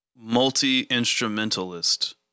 Multi-instrumentalist